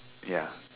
ya